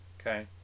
Okay